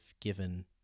given